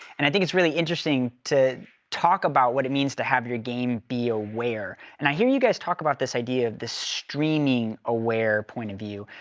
and i think it's really interesting to talk about what it means to have your game be aware. and i hear you guys talk about this idea of this streaming-aware point of view.